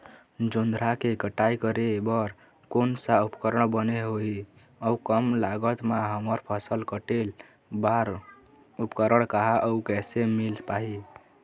जोंधरा के कटाई करें बर कोन सा उपकरण बने होही अऊ कम लागत मा हमर फसल कटेल बार उपकरण कहा अउ कैसे मील पाही?